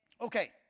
Okay